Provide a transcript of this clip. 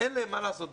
אין להם מה לעשות.